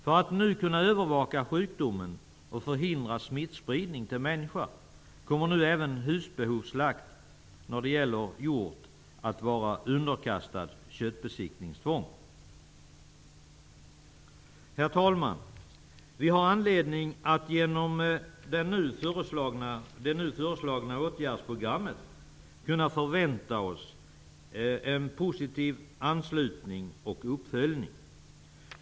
För att kunna övervaka sjukdomen och förhindra smittpridning till människa kommer nu även husbehovsslakt av hjort att vara underkastad köttbesiktningstvång. Herr talman! Vi har anledning att genom det nu föreslagna åtgärdsprogrammet kunna förvänta oss en positiv anslutning och uppföljning.